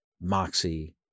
moxie